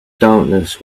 darkness